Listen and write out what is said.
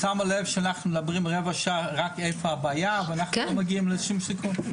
את שמה לב שאנחנו מדברים רבע שעה רק על איפה הבעיה ולא מגיעים לסיכום?